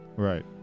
Right